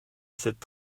cette